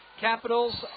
Capitals